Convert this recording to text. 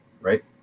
right